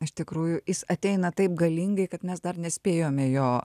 iš tikrųjų jis ateina taip galingai kad mes dar nespėjome jo